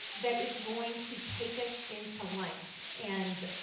that is going to take us into lunch. and,